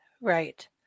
Right